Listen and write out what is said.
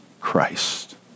Christ